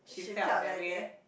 she felt like that